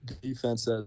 defense